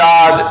God